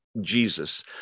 Jesus